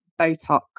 Botox